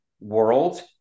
world